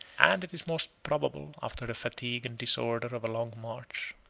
and, it is most probable, after the fatigue and disorder of a long march.